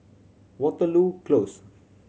Waterloo Close